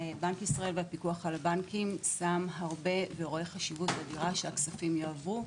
בנק ישראל והפיקוח על הבנקים רואה חשיבות אדירה כדי שהכספים יעברו,